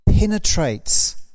Penetrates